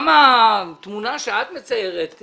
גם התמונה שאת מציירת,